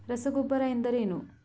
ರಸಗೊಬ್ಬರ ಎಂದರೇನು?